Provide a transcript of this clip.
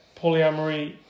polyamory